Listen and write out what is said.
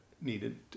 needed